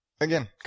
Again